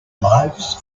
lives